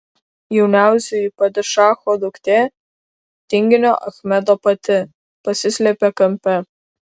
jauniausioji padišacho duktė tinginio achmedo pati pasislėpė kampe